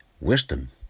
Wisdom